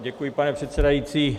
Děkuji, pane předsedající.